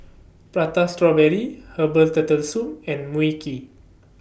Prata Strawberry Herbal Turtle Soup and Mui Kee